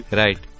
right